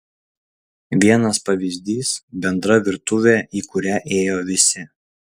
vienas pavyzdys bendra virtuvė į kurią ėjo visi